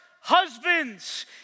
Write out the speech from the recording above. husbands